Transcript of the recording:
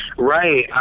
Right